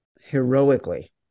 heroically